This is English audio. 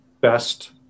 best